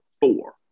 four